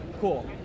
cool